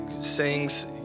sings